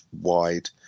wide